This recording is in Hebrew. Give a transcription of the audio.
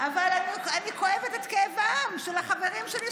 אבל אני כואבת את כאבם של החברים שלי,